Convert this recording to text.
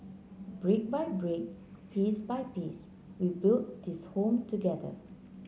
brick by brick piece by piece we build this Home together